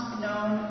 known